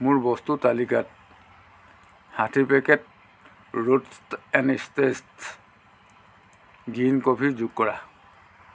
মোৰ বস্তুৰ তালিকাত ষাঠী packet roots and states green coffee যোগ কৰা